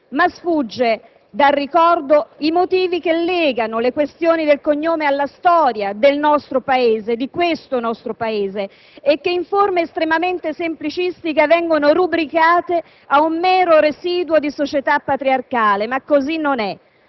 ma sfuggono dal ricordo i motivi che legano le questioni del cognome alla storia di questo nostro Paese e che in forma estremamente semplicistica vengono rubricate ad un mero residuo di società patriarcale. Ma così non è.